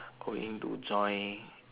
going to join